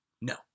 no